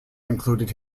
included